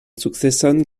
sukceson